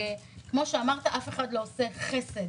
כפי שאמרת: אף אחד לא עושה חסד.